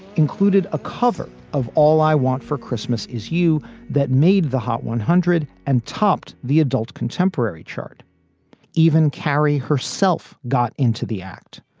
included a cover of all i want for christmas is you that made the hot one hundred and topped the adult contemporary chart even carrie herself got into the act.